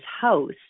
house